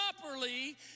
properly